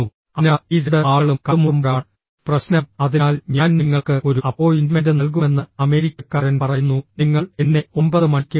അതിനാൽ ഈ രണ്ട് ആളുകളും കണ്ടുമുട്ടുമ്പോഴാണ് പ്രശ്നം അതിനാൽ ഞാൻ നിങ്ങൾക്ക് ഒരു അപ്പോയിന്റ്മെന്റ് നൽകുമെന്ന് അമേരിക്കക്കാരൻ പറയുന്നു നിങ്ങൾ എന്നെ 9 മണിക്ക് കാണുക